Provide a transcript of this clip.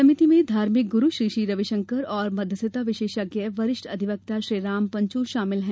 समिति में धार्मिक गुरु श्रीश्री रविशंकर और मध्यस्थता विशेषज्ञ वरिष्ठ अधिवक्ता श्रीराम पंचू शामिल हैं